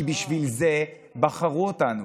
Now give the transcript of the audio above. כי בשביל זה בחרו אותנו,